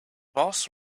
boss